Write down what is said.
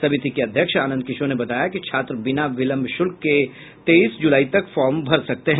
समिति के अध्यक्ष आनंद किशोर ने बताया कि छात्र बिना विलंब शुल्क के तेईस जुलाई तक फार्म भर सकते हैं